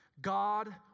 God